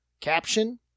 Caption